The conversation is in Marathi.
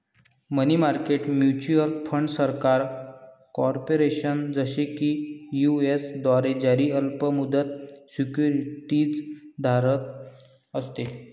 मनी मार्केट म्युच्युअल फंड सरकार, कॉर्पोरेशन, जसे की यू.एस द्वारे जारी अल्प मुदत सिक्युरिटीज धारण असते